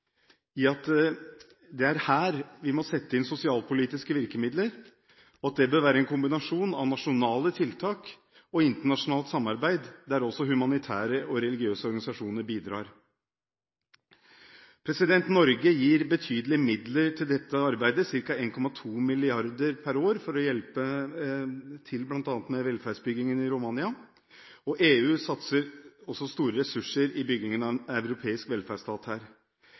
måte, mer krevende. Også her er hele komiteen enig i at de først og fremst må hjelpes i hjemlandet; det er der vi må sette inn sosialpolitiske virkemidler, og det bør være i en kombinasjon av nasjonale tiltak og internasjonalt samarbeid der også humanitære og religiøse organisasjoner bidrar. Norge gir betydelige midler til dette arbeidet, ca. 1,2 mrd. kr per år, for å hjelpe til med bl.a. velferdsbyggingen i Romania. EU satser også store ressurser i byggingen av